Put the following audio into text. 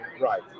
Right